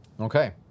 Okay